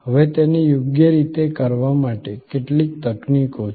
હવે તેને યોગ્ય રીતે કરવા માટે કેટલીક તકનીકો છે